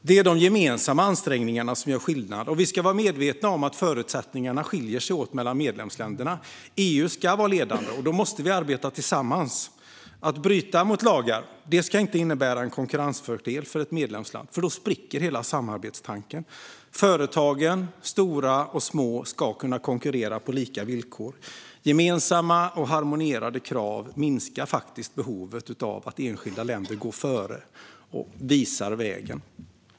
Det är de gemensamma ansträngningarna som gör skillnad, och vi ska vara medvetna om att förutsättningarna skiljer sig åt mellan medlemsländerna. EU ska vara ledande, och då måste vi arbeta tillsammans. Att bryta mot lagar ska inte innebära en konkurrensfördel för ett medlemsland, för då spricker hela samarbetstanken. Företag, stora och små, ska kunna konkurrera på lika villkor. Gemensamma och harmonierade krav minskar faktiskt behovet av att enskilda länder går före och visar vägen.